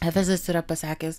hafezas yra pasakęs